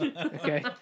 Okay